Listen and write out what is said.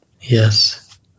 yes